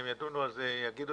והם יגידו את זה בעצמם,